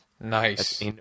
Nice